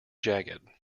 jagged